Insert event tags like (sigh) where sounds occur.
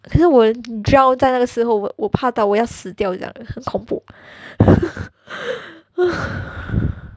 其实我 drown 在那个时候我怕到我要死掉这样很恐怖 (laughs)